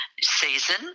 season